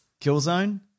Killzone